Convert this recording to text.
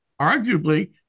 Arguably